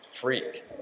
freak